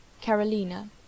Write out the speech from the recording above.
Carolina